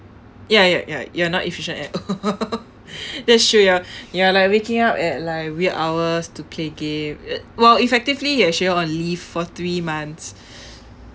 ya ya ya you are not efficient at all that's true you're you are like waking up at like weird hours to play game well effectively you are on leave for three months